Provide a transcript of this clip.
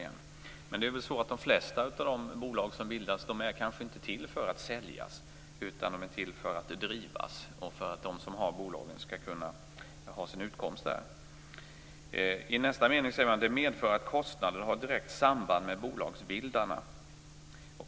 Det är väl ändå så att de flesta av de bolag som bildas inte är till för att säljas utan för att bedrivas och för att de som har bolagen skall kunna ha sin utkomst av dem. fr.o.m. nästa mening anförs: "Detta medför att kostnaderna har ett direkt samband med bolagsbildarna -.